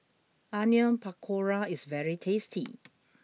Onion Pakora is very tasty